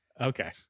Okay